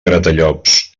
gratallops